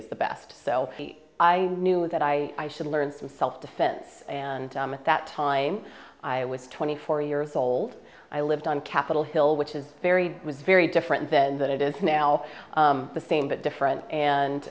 is the best so i knew that i should learn some self defense and at that time i was twenty four years old i lived on capitol hill which is very very different then that it is now the same but different